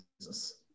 Jesus